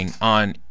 on